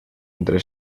entre